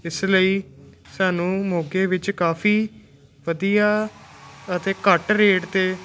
ਇਸ ਲਈ ਸਾਨੂੰ ਮੋਗੇ ਵਿੱਚ ਕਾਫੀ ਵਧੀਆ ਅਤੇ ਘੱਟ ਰੇਟ 'ਤੇ